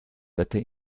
wetter